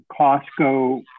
Costco